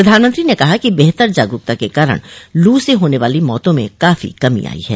प्रधानमंत्री ने कहा कि बेहतर जागरुकता के कारण लू से होने वाली मौतों में काफी कमी आई है